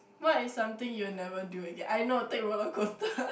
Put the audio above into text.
what is something you will never do again I know take roller coaster